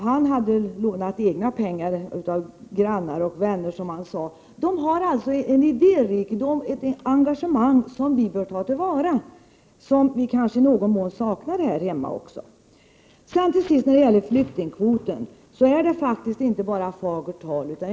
Den kurd jag talar om hade lånat pengar av grannar och vänner, som han sade. De har alltså en idérikedom och ett engagemang som vi bör ta till vara och som vi kanske i någon mån saknar här hemma. Till sist när det gäller flyktingkvoten handlar det inte bara om fagert tal.